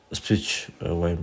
speech